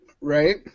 Right